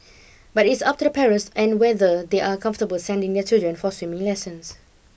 but it is up to the parents and whether they are comfortable sending their children for swimming lessons